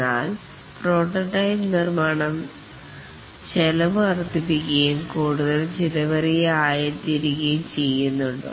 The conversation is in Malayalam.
എന്നാൽ പ്രോട്ടോടൈപ്പ് നിർമ്മാണം ചെലവ് വർദ്ധിപ്പിക്കുകയും കൂടുതൽ ചിലവേറിയ ആയിത്തീരുകയും ചെയ്യുന്നുണ്ടോ